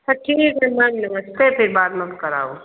तों ठीक है मैम नमस्ते फिर बाद कराओ